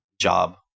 job